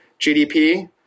GDP –